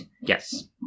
yes